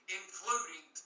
including